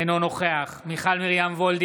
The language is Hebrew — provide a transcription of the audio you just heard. אינו נוכח מיכל מרים וולדיגר,